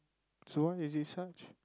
so why is it such